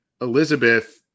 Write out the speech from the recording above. Elizabeth